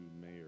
mayor